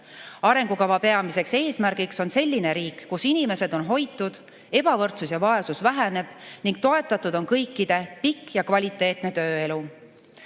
Arengukava peamine eesmärk on selline riik, kus inimesed on hoitud, ebavõrdsus ja vaesus väheneb ning toetatud on kõikide pikk ja kvaliteetne tööelu.